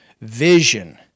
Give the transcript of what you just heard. vision